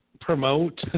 promote